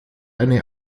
eine